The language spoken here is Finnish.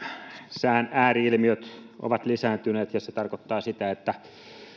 sään ääri ilmiöt ovat lisääntyneet ja se tarkoittaa sitä että